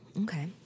Okay